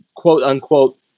quote-unquote